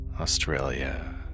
Australia